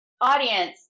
audience